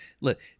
look